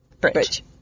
Bridge